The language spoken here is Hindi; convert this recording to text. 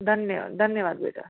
धन्यवाद धन्यवाद बेटा